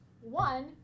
One